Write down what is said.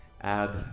add